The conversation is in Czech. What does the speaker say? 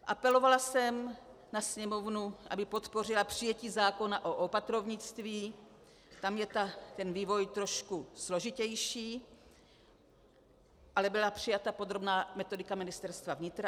Apelovala jsem na Sněmovnu, aby podpořila přijetí zákona o opatrovnictví, tam je vývoj trošku složitější, ale byla přijata podrobná metodika Ministerstva vnitra.